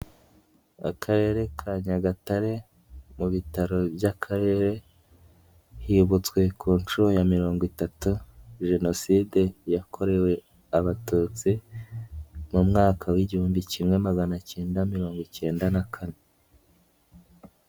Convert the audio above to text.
Akarere ka Nyagatare mu bitaro by'Akarere, hibutswe ku nshuro ya mirongo itatu jenoside yakorewe abatutsi mu mwaka w'igihumbi kimwe magana kenda mirongo ikenda na kane.